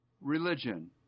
Religion